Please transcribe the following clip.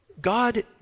God